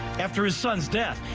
after his son's death.